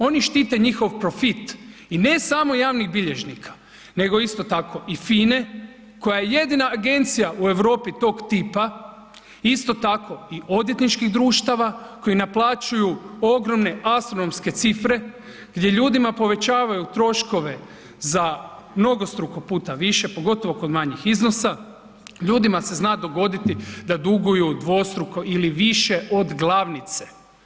Oni štite njihov profit i ne sam javnih bilježnika, nego isto tako i FINE koja je jedina agencija u Europi tog tipa, isto tako i odvjetničkih društava koji naplaćuju ogromne astronomske cifre gdje ljudima povećavaju troškove za mnogostruko puta više, pogotovo kod manjih iznosa, ljudima se zna dogoditi da duguju dvostruko ili više od glavnice.